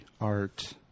art